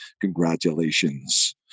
congratulations